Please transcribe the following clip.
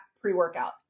pre-workout